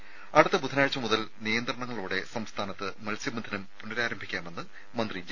ത അടുത്ത ബുധനാഴ്ച മുതൽ നിയന്ത്രണങ്ങളോടെ സംസ്ഥാനത്ത് മത്സ്യബന്ധനം പുനഃരാരംഭിക്കാമെന്ന് മന്ത്രി ജെ